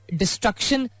destruction